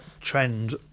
trend